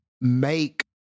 make